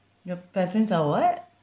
you~ peasants are what